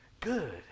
Good